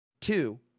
Two